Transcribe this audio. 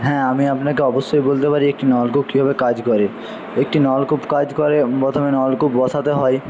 হ্যাঁ আমি আপনাকে অবশ্যই বলতে পারি একটি নলকূপ কীভাবে কাজ করে একটি নলকূপ কাজ করে প্রথমে নলকূপ বসাতে হয়